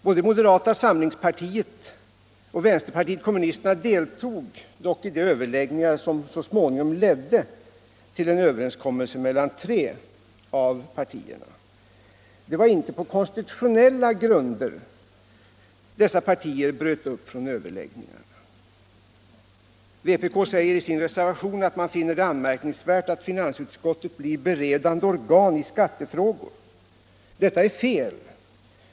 Både moderata samlingspartiet och vänsterpartiet kommunisterna deltog dock i de överläggningar som så småningom ledde till en överenskommelse mellan tre av partierna. Det var inte på konstitutionella grunder dessa partier bröt upp från överläggningarna. Vpk säger i sin reservation att man finner det anmärkningsvärt att finansutskottet blir beredande organ i skattefrågor. Det är fel.